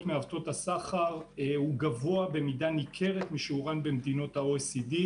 מעוותות הסחר גבוה במידה ניכרת משיעורן במדינות ה-OECD,